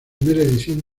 edición